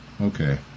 Okay